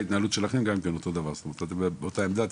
לוקח כשאתה בונה תקציב כמה מתים יהיו